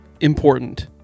important